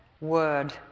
word